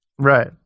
right